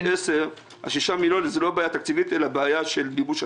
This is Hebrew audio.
מימוש התקציב,